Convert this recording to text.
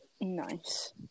Nice